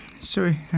sorry